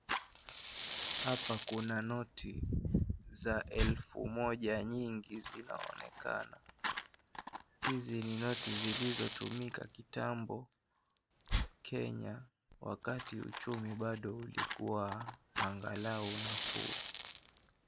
Hapa kuna noti za elfu moja nyingi zinazoonekana . Hizi ni noti zilizotumika kitambo Kenya wakati uchumi bado ulikuwa angalau nafuu.